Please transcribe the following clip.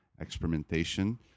experimentation